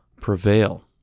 prevail